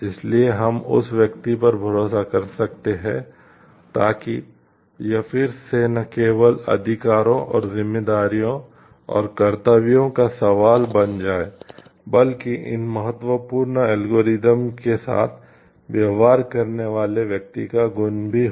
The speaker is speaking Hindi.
इसलिए हम उस व्यक्ति पर भरोसा कर सकते हैं ताकि यह फिर से न केवल अधिकारों और जिम्मेदारियों और कर्तव्यों का सवाल बन जाए बल्कि इन महत्वपूर्ण एल्गोरिदम के साथ व्यवहार करने वाले व्यक्ति का गुण भी हो